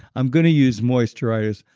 i'm going to use moisturizers.